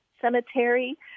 Cemetery